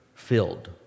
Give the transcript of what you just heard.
filled